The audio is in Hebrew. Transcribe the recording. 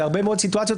בהרבה מאוד סיטואציות,